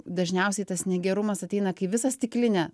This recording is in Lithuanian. dažniausiai tas negerumas ateina kai visą stiklinę